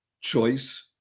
choice